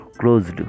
Closed